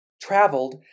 traveled